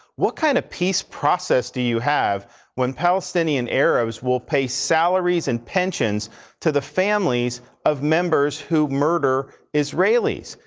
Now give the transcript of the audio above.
what kind of peace process do you have when palestinian arabs will pay salaries and pensions to the families of members who murder israelis?